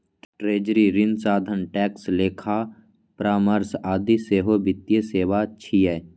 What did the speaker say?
treasury, ऋण साधन, tax, लेखा परामर्श आदि सेहो वित्तीय सेवा छियै